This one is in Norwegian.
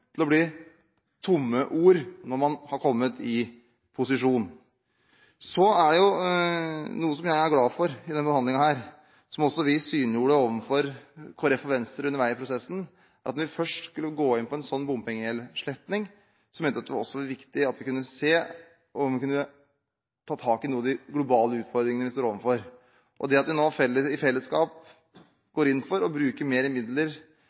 til å bli tomme ord. Så er det noe jeg er glad for i denne behandlingen, og som også vi synliggjorde for Kristelig Folkeparti og Venstre underveis i prosessen: Når vi først skulle gå inn på en sånn sletting av bompengegjeld, mente vi det var viktig at vi kunne ta tak i noen av de globale utfordringene vi står overfor – at vi nå i fellesskap går inn for å bruke mer midler